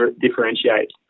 differentiate